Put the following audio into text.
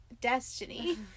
destiny